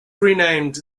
renamed